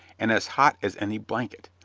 and as hot as any blanket,